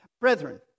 Brethren